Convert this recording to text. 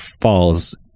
falls